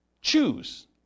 choose